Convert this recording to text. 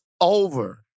over